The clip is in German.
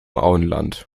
auenland